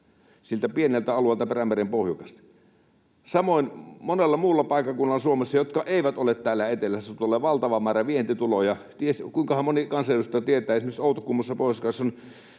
siltä pieneltä alueelta Perämeren pohjukasta. Samoin monelta muulta paikkakunnalta Suomessa, jotka eivät ole täällä etelässä, tulee valtava määrä vientituloja. Ties kuinkahan moni kansanedustaja tietää, että esimerkiksi Outokummussa Pohjois-Karjalassa on